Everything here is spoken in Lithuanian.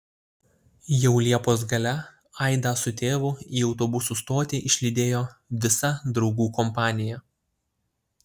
jau liepos gale aidą su tėvu į autobusų stotį išlydėjo visa draugų kompanija